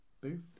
booth